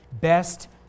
Best